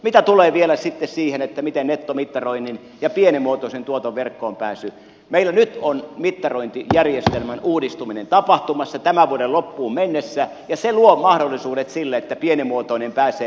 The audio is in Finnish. mitä tulee vielä siihen miten on nettomittaroinnin ja pienimuotoisen tuoton verkkoon pääsy meillä nyt on mittarointijärjestelmän uudistuminen tapahtumassa tämän vuoden loppuun mennessä ja se luo mahdollisuudet sille että pienimuotoinen pääsee verkkoon